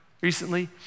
recently